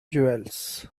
jewels